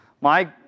Mike